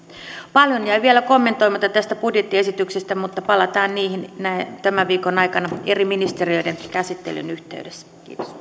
paljon jäi vielä kommentoimatta tästä budjettiesityksestä mutta palataan niihin tämän viikon aikana eri ministeriöiden käsittelyn yhteydessä